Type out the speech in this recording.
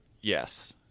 Yes